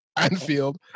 Anfield